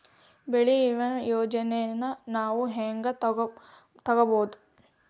ಬೆಳಿ ವಿಮೆ ಯೋಜನೆನ ನಾವ್ ಹೆಂಗ್ ತೊಗೊಬೋದ್?